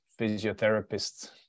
physiotherapists